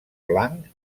blanc